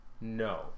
no